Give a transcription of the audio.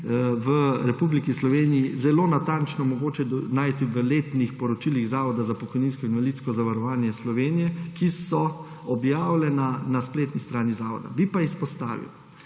v Republiki Sloveniji zelo natančno mogoče najti v letnih poročilih Zavoda za pokojninsko in invalidsko zavarovanje Slovenije, ki so objavljena na spletni strani zavoda. Bi pa izpostavil,